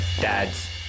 Dads